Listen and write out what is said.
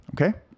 Okay